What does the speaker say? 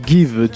Give